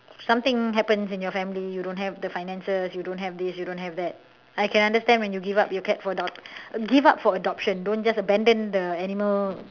something happens in your family you don't have the finances you don't have this you don't have that I can understand when you give up your cat or dog give up for adoption don't just abandon the animal